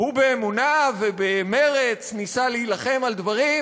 והוא באמונה ובמרץ ניסה להילחם על דברים.